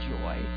joy